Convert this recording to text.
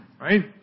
right